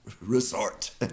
resort